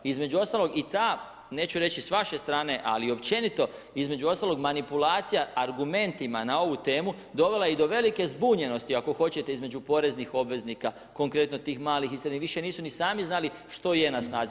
Između ostalog i ta neću reći s vaše strane, ali općenito između ostalog manipulacija argumentima na ovu temu dovela je i do velike zbunjenosti ako hoćete između poreznih obveznika konkretno tih mali i srednjih, više nisu ni sami znali što je na snazi.